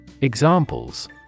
Examples